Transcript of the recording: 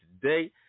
today